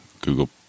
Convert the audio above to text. Google